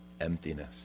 emptiness